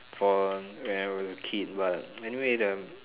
for when I was a kid but anyway the